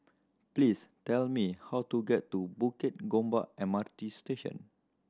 please tell me how to get to Bukit Gombak M R T Station